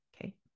Okay